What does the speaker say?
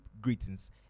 greetings